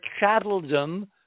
chatteldom